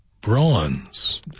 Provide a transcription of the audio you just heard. bronze